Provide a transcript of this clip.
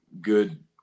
good